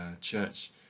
church